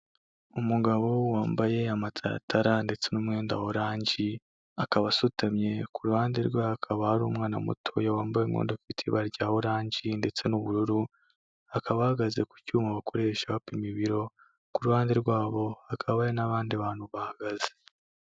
Umugabo wambaye amataratara ndetse n'umwenda wa oranji akaba asutamye, ku ruhande rwe hakaba hari umwana muto wambaye umwenda ufite ibara rya oranji ndetse n'ubururu, akaba ahagaze ku cyuma bakoresha bapima ibiro. Ku ruhande rwabo hakaba hari n'abandi bantu bahagaze.